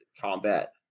combat